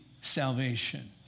salvation